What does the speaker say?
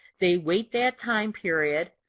they wait that time period.